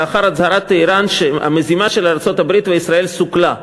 לאחר הצהרת טהרן שהמזימה של ארצות-הברית וישראל סוכלה.